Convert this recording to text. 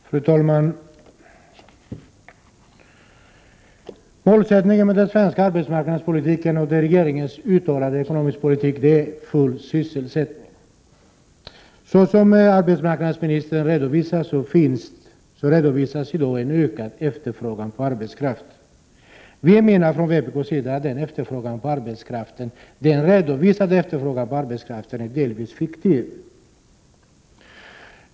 Fru talman! Målsättningen för den svenska arbetsmarknadspolitiken och för regeringens uttalade ekonomiska politik är full sysselsättning. I dag redovisas, som arbetsmarknadsministern säger, en ökad efterfrågan på arbetskraft. Vi i vpk menar dock att den redovisade efterfrågan på arbetskraft delvis är fiktiv.